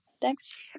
thanks